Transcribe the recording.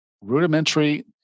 rudimentary